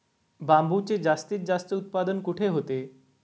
बांबूचे जास्तीत जास्त उत्पादन कुठे होते?